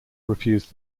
refused